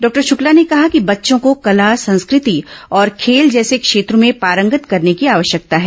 doctor Shukla ने कहा कि बच्चों को कला संस्कृति और खेल जैसे क्षेत्रों में पारंगत करने की आवश्यकता है